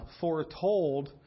foretold